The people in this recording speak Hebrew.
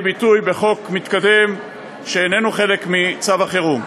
ביטוי בחוק מתקדם שאיננו חלק מצו החירום.